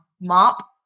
mop